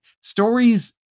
stories